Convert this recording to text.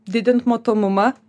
didint matomumą